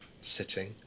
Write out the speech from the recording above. sitting